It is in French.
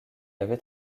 avait